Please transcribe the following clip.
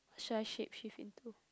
should I shapeshift into